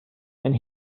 and